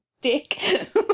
dick